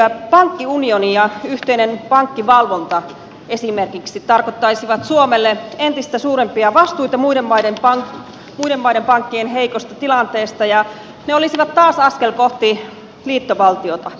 pankkiunioni ja yhteinen pankkivalvonta esimerkiksi tarkoittaisivat suomelle entistä suurempia vastuita muiden maiden pankkien heikosta tilanteesta ja ne olisivat taas askel kohti liittovaltiota